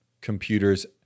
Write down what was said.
computers